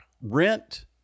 Rent